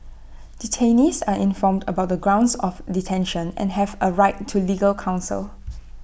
detainees are informed about the grounds of detention and have A right to legal counsel